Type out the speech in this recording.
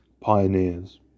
pioneers